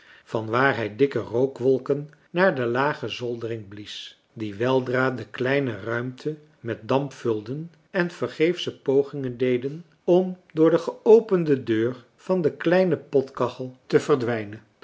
van waar hij dikke rookwolken naar de lage zoldering blies die weldra de kleine ruimte met damp vulden en vergeefsche pogingen deden om door de geopende deur van de kleine potkachel te verdwijnen